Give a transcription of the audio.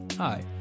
Hi